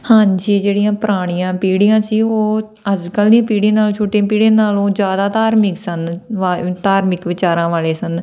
ਹਾਂਜੀ ਜਿਹੜੀਆਂ ਪੁਰਾਣੀਆਂ ਪੀੜੀਆਂ ਸੀ ਉਹ ਅੱਜ ਕੱਲ੍ਹ ਦੀਆਂ ਪੀੜੀਆਂ ਨਾਲੋਂ ਛੋਟੀਆਂ ਪੀੜੀਆਂ ਨਾਲੋਂ ਜ਼ਿਆਦਾ ਧਾਰਮਿਕ ਸਨ ਵਾ ਧਾਰਮਿਕ ਵਿਚਾਰਾਂ ਵਾਲੇ ਸਨ